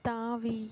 தாவி